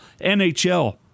NHL